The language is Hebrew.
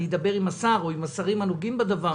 ואני אדבר עם השר או עם השרים הנוגעים בדבר,